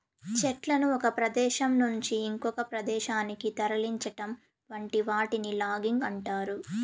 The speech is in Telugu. చెట్లను ఒక ప్రదేశం నుంచి ఇంకొక ప్రదేశానికి తరలించటం వంటి వాటిని లాగింగ్ అంటారు